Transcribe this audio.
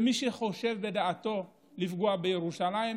מי שחושב בדעתו לפגוע בירושלים,